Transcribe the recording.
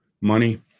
money